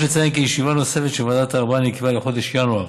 יש לציין כי ישיבה נוספת של ועדת הארבעה נקבעה לחודש ינואר,